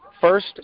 first